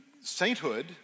sainthood